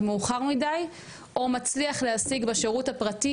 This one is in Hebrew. מאוחר מדי או מצליח להשיג בשירות הפרטי,